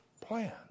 plan